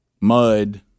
mud